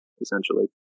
essentially